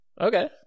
Okay